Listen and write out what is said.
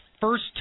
first